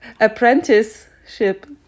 Apprenticeship